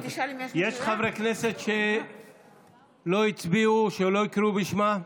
יש חברי כנסת שלא הצביעו, שלא הקריאו את שמם?